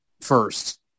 first